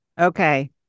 Okay